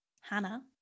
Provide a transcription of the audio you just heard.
Hannah